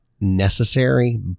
necessary